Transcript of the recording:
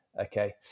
okay